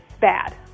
bad